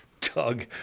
Doug